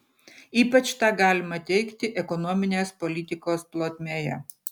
ypač tą galima teigti ekonominės politikos plotmėje